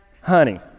honey